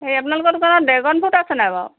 এই আপোনালোকৰ দোকানত ড্ৰেগন ফ্ৰুট আছে নাই বাৰু